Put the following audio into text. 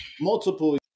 Multiple